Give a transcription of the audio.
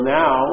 now